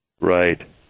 Right